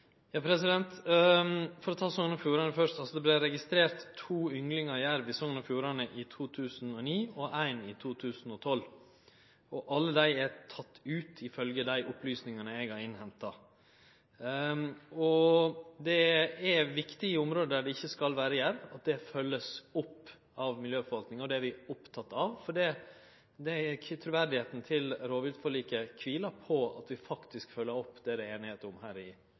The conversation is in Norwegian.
For å ta Sogn og Fjordane fyrst: Det vart registrert to ynglingar av jerv i Sogn og Fjordane i 2009 og ein i 2012. Alle dei er tekne ut, ifølgje dei opplysningane eg har innhenta. Det er viktig, i område der det ikkje skal vere jerv, at dette vert følgt opp av miljøforvaltninga. Det er vi opptekne av, for truverdet til rovviltforliket kvilar på at vi faktisk følgjer opp det det er einigheit om her i